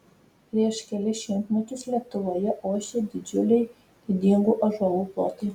prieš kelis šimtmečius lietuvoje ošė didžiuliai didingų ąžuolų plotai